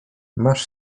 masz